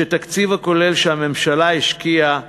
התקציב הכולל שהממשלה השקיעה